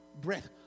breath